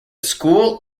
school